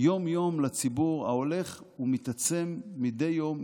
יום-יום לציבור ההולך ומתעצם מדי יום,